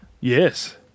Yes